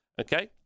okay